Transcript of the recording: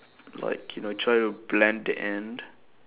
like you know try to blend in